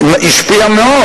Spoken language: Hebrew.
השפיעה מאוד.